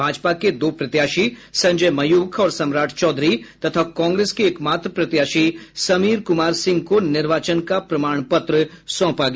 भाजपा के दो प्रत्याशी संजय मयूख और सम्राट चौधरी तथा कांग्रेस के एक मात्र प्रत्याशी समीर कुमार सिंह को निर्वाचन का प्रमाण पत्र सौंपा गया